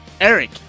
Eric